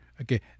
Okay